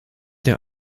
der